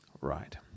Right